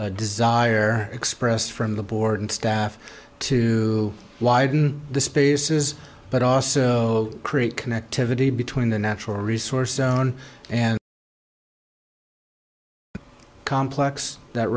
desire expressed from the board and staff to widen the spaces but also create connectivity between the natural resource known and complex that